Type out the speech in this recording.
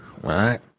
right